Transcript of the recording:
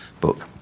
book